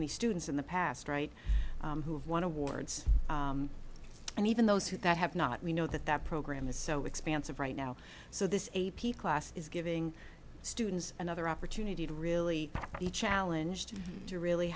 many students in the past right who have won awards and even those who that have not we know that that program is so expansive right now so this a p class is giving students another opportunity to really be a challenge to to really